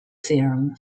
theorem